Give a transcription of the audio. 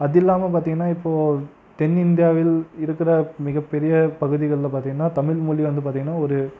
அதுல்லாமல் பார்த்தீங்கன்னா இப்போ தென்னிந்தியாவில் இருக்கிற மிகப் பெரிய பகுதிகளில் பார்த்தீங்கன்னா தமிழ்மொழி வந்து பார்த்தீங்கன்னா ஒரு